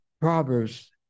Proverbs